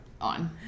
on